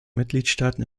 mitgliedstaaten